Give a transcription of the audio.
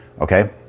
okay